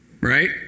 right